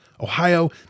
Ohio